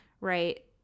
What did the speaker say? right